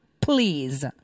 please